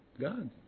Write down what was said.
God